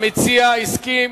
המציע הסכים